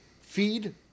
feed